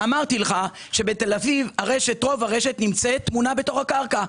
ואמרתי לך שבתל אביב, רוב הרשת טמונה בתוך הקרקע.